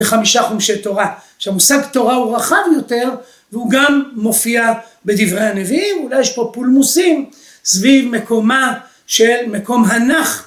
וחמישה חומשי תורה. שהמושג תורה הוא רחב יותר, והוא גם מופיע בדברי הנביאים, אולי יש פה פולמוסים סביב מקומה של מקום הנח...